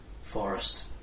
forest